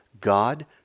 God